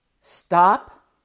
stop